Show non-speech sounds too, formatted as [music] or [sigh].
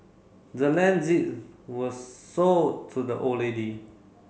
the land [unintelligible] was sold to the old lady